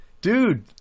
Dude